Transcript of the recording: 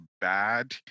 bad